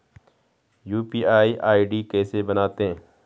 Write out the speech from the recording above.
UPI ID कैसे बनाते हैं?